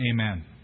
amen